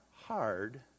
hard